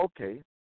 Okay